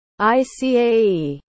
ICAE